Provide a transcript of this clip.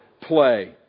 play